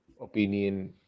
opinion